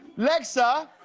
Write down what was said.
lexa,